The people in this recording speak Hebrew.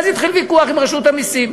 אז התחיל ויכוח עם רשות המסים.